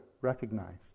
recognized